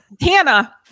hannah